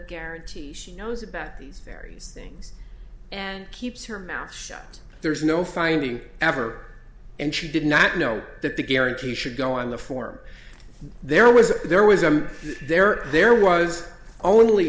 guarantees she knows about these ferries things and keeps her mouth shut there's no finding ever and she did not know that the guarantee should go on the form there was a there was a there there was only